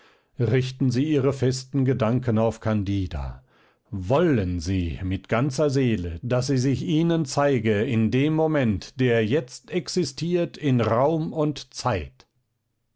richten sie ihre festen gedanken auf candida wollen sie mit ganzer seele daß sie sich ihnen zeige in dem moment der jetzt existiert in raum und zeit